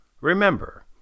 Remember